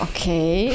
Okay